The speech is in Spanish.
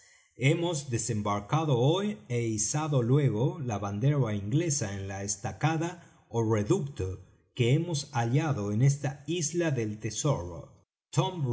hemos desembarcado hoy é izado luego la bandera inglesa en la estacada ó reducto que hemos hallado en esta isla del tesoro